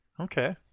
Okay